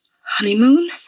Honeymoon